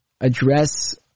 address